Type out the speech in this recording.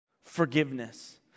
forgiveness